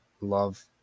Love